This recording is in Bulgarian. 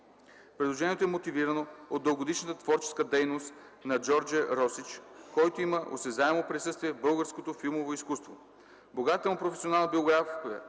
Предложението е мотивирано с дългогодишната творческа дейност на Джордже Росич, който има осезаемо присъствие в българското филмово изкуство. Богатата му професионална биография